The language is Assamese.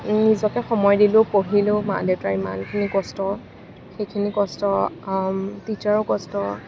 নিজকে সময় দিলোঁ পঢ়িলোঁ মা দেউতাৰ ইমানখিনি কষ্ট সেইখিনি কষ্ট টিচাৰৰ কষ্ট